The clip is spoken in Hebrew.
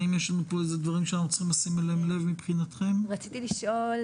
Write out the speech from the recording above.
האם מבחינתכם יש לנו כאן איזה דברים